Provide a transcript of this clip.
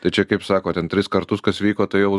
tai čia kaip sako ten tris kartus kas vyko tai jau